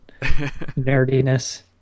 nerdiness